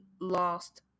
lost